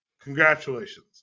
Congratulations